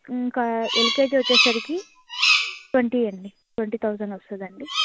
ఇంకా L K G వచ్చేసరికి twenty అండి ట్వంటీ థౌజండ్ వస్తుదండి